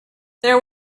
there